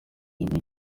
ibi